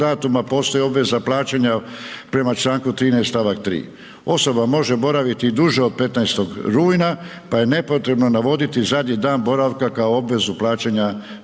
datuma postoji obveza plaćanja prema Članku 13. stavak 3. Osoba može boraviti i duže od 15. rujna pa je nepotrebno navoditi zadnji dan boravka kao obvezu plaćanja